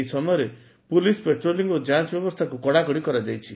ଏହି ସମୟରେ police patrolling ଓ ଯାଞ ବ୍ୟବସ୍ଚାକୁ କଡାକଡି କରାଯାଇଛି